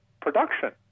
production